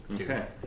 Okay